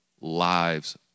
lives